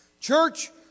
Church